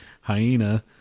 hyena